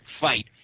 fight